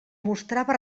mostrava